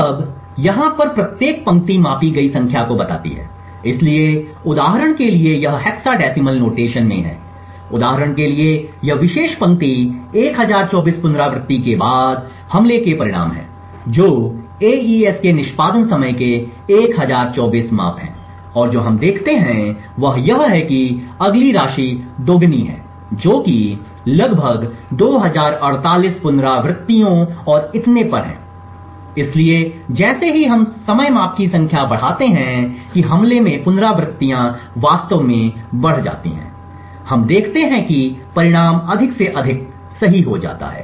अब यहाँ पर प्रत्येक पंक्ति मापी गई संख्या को बताती है इसलिए उदाहरण के लिए यह हेक्साडेसिमल नोटेशन में है उदाहरण के लिए यह विशेष पंक्ति 1024 पुनरावृत्ति के बाद हमले के परिणाम हैं जो एईएस के निष्पादन समय के 1024 माप हैं और जो हम देखते हैं वह यह है कि अगली राशि दोगुनी है जो कि लगभग 2048 पुनरावृत्तियों और इतने पर है इसलिए जैसे ही हम समय माप की संख्या बढ़ाते हैं कि हमले में पुनरावृत्तियां वास्तव में बढ़ जाती हैं हम देखते हैं कि परिणाम अधिक से अधिक सही हो जाता है